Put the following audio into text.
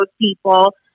people